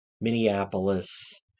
Minneapolis